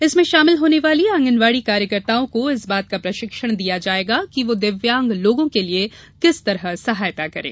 इसमें शामिल होने वाली आंगनवाड़ी कार्यकर्ताओं को इस बात का प्रशिक्षण दिया जायेगा कि वह दिव्यांग लोगों के लिये किस तरह सहायता करें